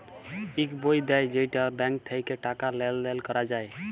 ইক বই দেয় যেইটা ব্যাঙ্ক থাক্যে টাকা লেলদেল ক্যরা যায়